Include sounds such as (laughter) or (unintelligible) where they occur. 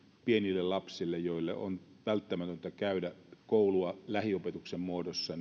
pienille lapsille joille on välttämätöntä käydä koulua lähiopetuksen muodossa (unintelligible)